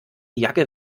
jacke